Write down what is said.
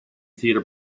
theatre